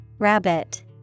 Rabbit